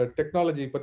technology